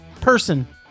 person